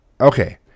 Okay